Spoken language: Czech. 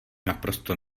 naprosto